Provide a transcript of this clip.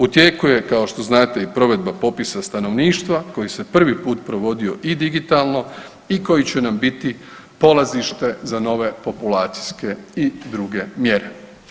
U tijeku je kao što znate i provedba popisa stanovništva koji se prvi put provodio i digitalno i koji će nam biti polazište za nove populacijske i druge mjere.